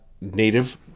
Native